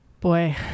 Boy